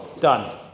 done